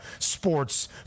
sports